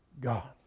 God